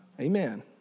Amen